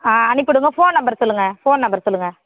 ஆ அனுப்பிவிடுங்க phone number சொல்லுங்கள் phone number சொல்லுங்கள்